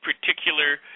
particular